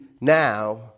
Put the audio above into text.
now